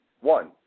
One